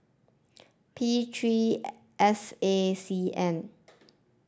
P three S A C N